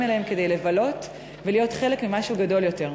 אליהם כדי לבלות ולהיות חלק ממשהו גדול יותר.